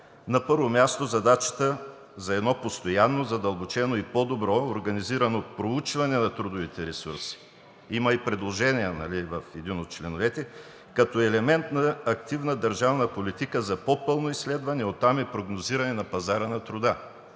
На първо място е задачата за едно постоянно, задълбочено и по-добре организирано проучване на трудовите ресурси. Има и предложения в един от членовете – като елемент на активна държавна политика за по-пълно изследване, а оттам за прогнозиране на пазара на труда,